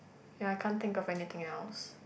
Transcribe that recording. ya I can't think of anything else